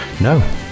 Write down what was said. no